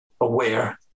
aware